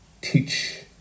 teach